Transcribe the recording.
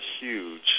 huge